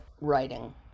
writing